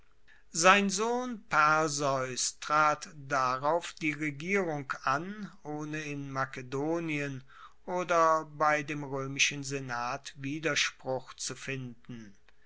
sein sohn perseus trat darauf die regierung an ohne in makedonien oder bei dem roemischen senat widerspruch zu finden